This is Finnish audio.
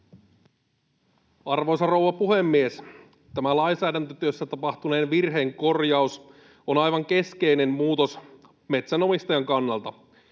Arvoisa rouva puhemies! Tämä lainsäädäntötyössä tapahtuneen virheen korjaus on aivan keskeinen muutos metsänomistajan kannalta.